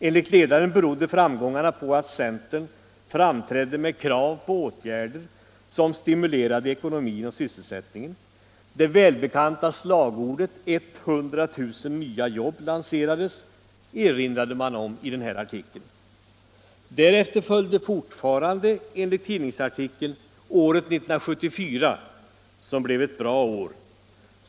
Enligt ledaren berodde framgångarna på att centern framträtt med krav på åtgärder som stimulerade ekonomin och sysselsättningen. Det välbekanta slagordet 100 000 nya jobb” lanserades, erinrade ntan om i ledaren. Därefter blev — fortfarande enligt tidningsartikeln — 1974 ett bra år.